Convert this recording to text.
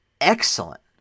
excellent